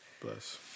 Bless